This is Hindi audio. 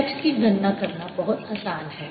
H की गणना करना बहुत आसान है